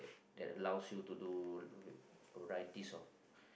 that allows you to do va~ varieties of